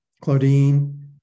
Claudine